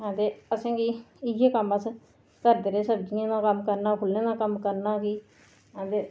हां ते असेंगी इ'यै कम्म अस सब्जियें दा कम्म करना फुल्लें दा कम्म करना हां ते